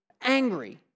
angry